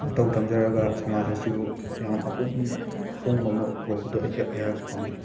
ꯃꯇꯧ ꯇꯝꯖꯔꯒ ꯁꯃꯥꯖ ꯑꯁꯤꯕꯨ ꯌꯥꯝ ꯑꯍꯣꯡꯕ ꯑꯃ ꯄꯨꯔꯛꯄꯗꯨ ꯑꯩꯍꯥꯛꯁꯨ ꯄꯥꯝꯖꯩ